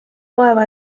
vaeva